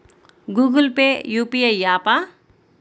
Google Pay UPI య్యాపా?